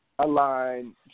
align